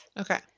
Okay